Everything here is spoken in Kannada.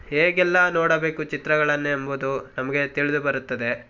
ಹೇಗೆಲ್ಲ ನೋಡಬೇಕು ಚಿತ್ರಗಳನ್ನೆಂಬುದು ನಮಗೆ ತಿಳಿದು ಬರುತ್ತದೆ